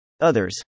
Others